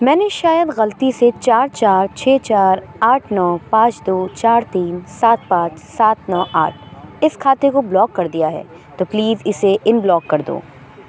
میں نے شاید غلطی سے چار چار چھ چار آٹھ نو پاںچ دو چار تین سات پانچ سات نو آٹھ اس کھاتے کو بلاک کر دیا ہے تو پلیز اسے ان بلاک کر دو